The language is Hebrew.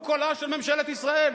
הוא קולה של ממשלת ישראל.